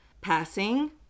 passing